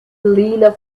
lena